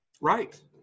Right